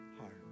heart